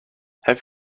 have